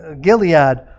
Gilead